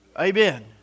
Amen